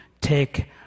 take